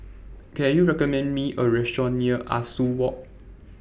Can YOU recommend Me A Restaurant near Ah Soo Walk